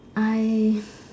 I